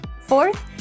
Fourth